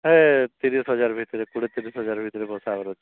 ଏ ତିରିଶ୍ ହଜାର ଭିତରେ କୋଡ଼ିଏ ତିରିଶ ହଜାର ଭିତରେ ବସା ହବାର ଅଛି